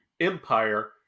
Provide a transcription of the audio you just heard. empire